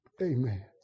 Amen